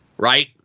right